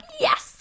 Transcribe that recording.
yes